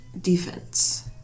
defense